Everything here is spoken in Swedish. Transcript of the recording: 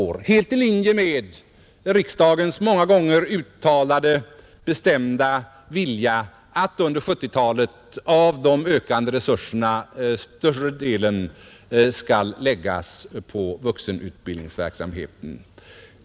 Det är helt i linje med riksdagens många gånger uttalade bestämda vilja att större delen av de ökande resurserna under 1970-talet skall läggas på vuxenutbildningsverksamheten.